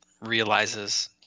realizes